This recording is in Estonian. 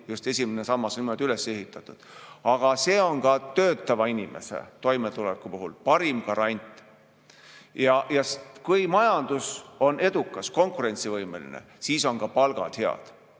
just esimene sammas on niimoodi üles ehitatud, aga see on ka töötava inimese toimetuleku puhul parim garant. Kui majandus on edukas ja konkurentsivõimeline, siis on ka palgad head.